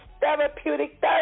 Therapeutic